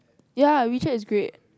ya WeChat is great